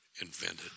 invented